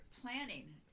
planning